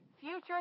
future